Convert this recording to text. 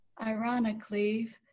Ironically